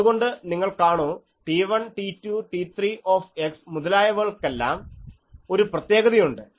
അതുകൊണ്ട് നിങ്ങൾ കാണൂ T1 T2 T3 മുതലായവകൾക്കെല്ലാം ഒരു പ്രത്യേകതയുണ്ട്